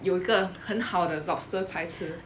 有一个很好的 lobster 才吃